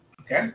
okay